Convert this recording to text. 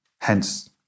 hence